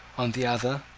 on the other,